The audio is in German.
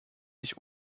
nicht